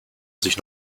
sich